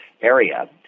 area